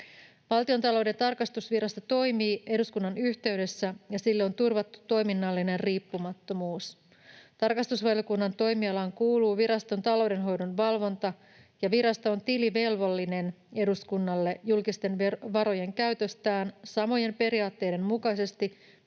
Valtiontalouden tarkastusvirasto toimii eduskunnan yhteydessä, ja sille on turvattu toiminnallinen riippumattomuus. Tarkastusvaliokunnan toimialaan kuuluu viraston taloudenhoidon valvonta, ja virasto on tilivelvollinen eduskunnalle julkisten varojen käytöstään samojen periaatteiden mukaisesti